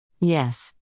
Yes